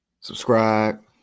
Subscribe